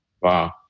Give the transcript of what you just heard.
Wow